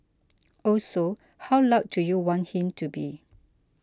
also how loud do you want him to be